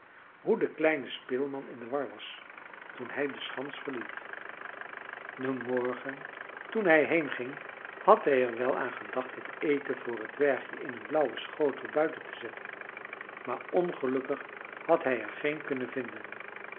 hoe de kleine speelman in de war was toen hij de schans verliet den morgen toen hij heenging had hij er wel aan gedacht het eten voor het dwergje in een blauwen schotel buiten te zetten maar ongelukkig had hij er geen kunnen vinden